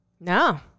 No